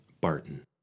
Barton